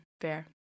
Fair